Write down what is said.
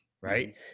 right